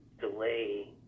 delay